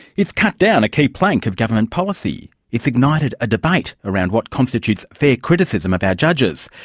it's cut down a key plank of government policy. it's ignited a debate around what constitutes fair criticism of our judges.